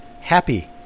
happy